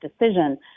decision